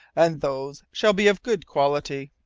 and those shall be of good quality.